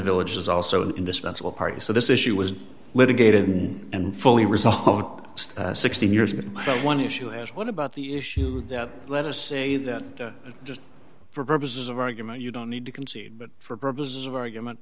village is also indispensable party so this issue was litigated and fully resolved sixteen years ago but one issue is what about the issue let us say that just for purposes of argument you don't need to concede but for purposes of argument